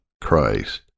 Christ